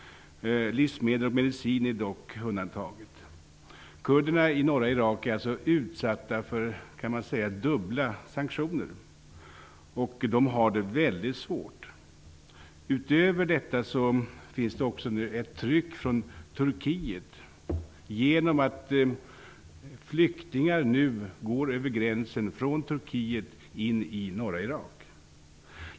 Livsmedel och mediciner är dock undantagna. Man kan alltså säga att kurderna i norra Irak är utsatta för dubbla sanktioner. Kurderna har det väldigt svårt. Dessutom finns det ett tryck från Turkiet genom att flyktingar nu går över gränsen från Turkiet och in i norra Irak.